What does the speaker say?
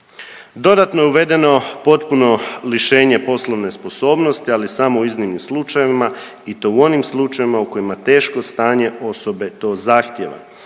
Dodatno je uvedeno potpuno lišenje poslovne sposobnosti, ali samo u iznimnim slučajevima i to u onim slučajevima u kojima teško stanje osobe to zahtijeva.